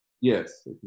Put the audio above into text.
Yes